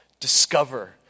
Discover